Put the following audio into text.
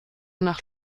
nach